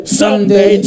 someday